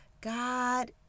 god